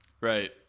Right